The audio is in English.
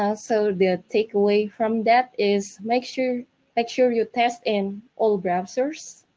ah so the take away from that is make sure like sure you test in all browsers,